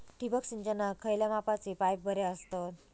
ठिबक सिंचनाक खयल्या मापाचे पाईप बरे असतत?